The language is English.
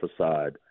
aside